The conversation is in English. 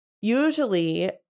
Usually